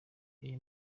iyi